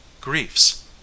griefs